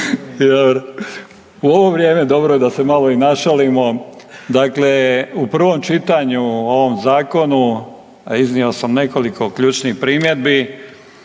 U ovo vrijeme dobro je da se malo i našalimo. Dakle, u prvom čitanju o ovom zakonu iznio sam nekoliko ključnih primjedbi,